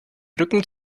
rücken